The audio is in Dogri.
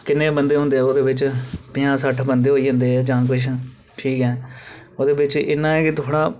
किन्ने बंदे होंदे ओह्दे बिच्च पंजाह् सट्ठ बंदे होई जंदे हे जां किश ठीक ऐ ओह्दे बिच्च इन्ना ऐ कि थोह्ड़ा